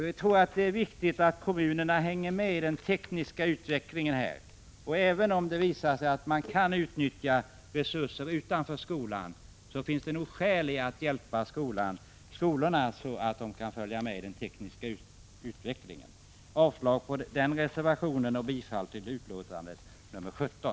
Vi tror att det är viktigt att kommunerna hänger med i den tekniska utvecklingen. Även i fall där det skulle vara möjligt att utnyttja resurser utanför skolan finns det nog skäl för att hjälpa skolorna att följa med i den tekniska utvecklingen. Jag yrkar avslag på reservationen 1 och bifall till hemställan i utskottets betänkande nr 17.